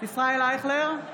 ישראל אייכלר,